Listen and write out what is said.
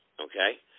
Okay